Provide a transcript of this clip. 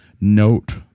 note